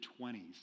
20s